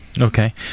Okay